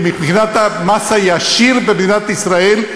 מבחינת המס הישיר במדינת ישראל,